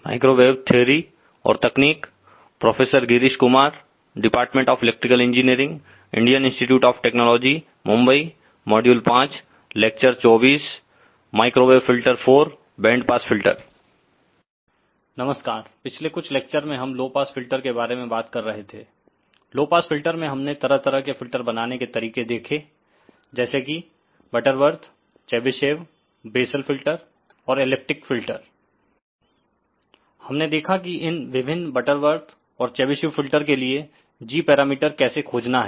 नमस्कारपिछले कुछ लेक्चर में हम लो पास फिल्टर के बारे में बात कर रहे थे लो पास फिल्टर में हमने तरह तरह के फिल्टर बनाने के तरीके देखें जैसे कि बटरबर्थ चेबीशेव वेसल फिल्टर और एलिप्टिक फिल्टर हमने देखा कि इन विभिन्न बटरवर्थ और चेबीशेव फिल्टर के लिए g पैरामीटर कैसे खोजना है